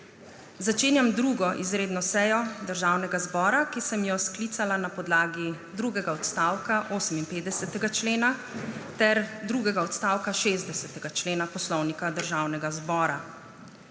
Začenjam 2. izredno sejo Državnega zbora, ki sem jo sklicala na podlagi drugega odstavka 58. člena ter drugega odstavka 60. člena Poslovnika Državnega zbora.